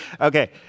Okay